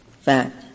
fact